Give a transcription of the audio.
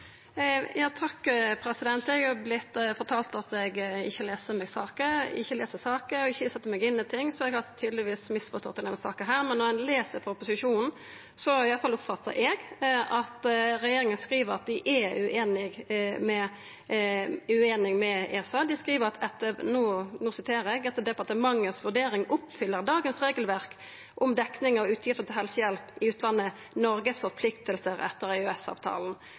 Eg har vorte fortalt at eg ikkje les saker og ikkje set meg inn i ting, så eg har tydelegvis misforstått i denne saka. Men når ein les proposisjonen, oppfattar iallfall eg at regjeringa skriv at dei er uenige med ESA. Dei skriv: «Etter departementets vurdering oppfyller dagens regelverk om dekning av utgifter til helsehjelp i utlandet Norges forpliktelser etter